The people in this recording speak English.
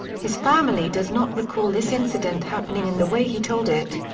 his family does not recall this incident happening in the way he told it.